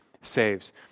saves